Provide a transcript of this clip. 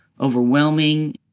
overwhelming